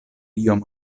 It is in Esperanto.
iom